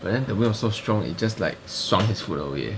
but then the wind was so strong it just like swung his foot away